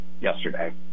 yesterday